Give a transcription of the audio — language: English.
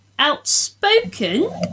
Outspoken